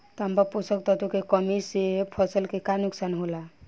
तांबा पोषक तत्व के कमी से फसल के का नुकसान होला?